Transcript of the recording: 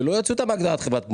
זה לא יוציא אותה מהגדרת חברת מו"פ,